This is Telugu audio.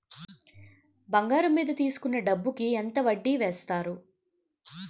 బంగారం మీద తీసుకున్న డబ్బు కి ఎంత వడ్డీ వేస్తారు?